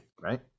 right